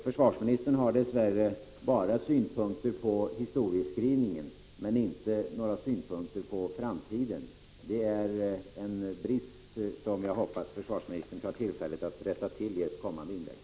Försvarsministern har dess värre synpunkter bara på historieskrivningen men inte på framtiden. Det är en brist som jag hoppas försvarsministern tar tillfället i akt att rätta till i ett kommande inlägg.